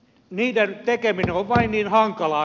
niiden tekeminen on vain niin hankalaa